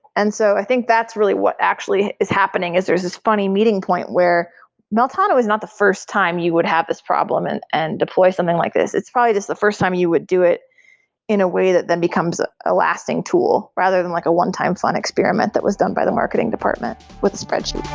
and so i think that's really what actually is happening is there's this funny meeting point where meltano is not the first time you would have this problem and and deploy something like this. it's probably just the first time you would do it in a way that then becomes ah a lasting tool, rather than like a one-time fun experiment that was done by the marketing department with spreadsheet